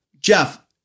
Jeff